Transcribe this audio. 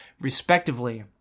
respectively